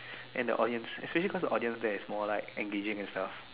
and the audience especially cause the audience there is more like engaging as well